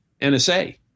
NSA